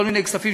כל מיני כספים,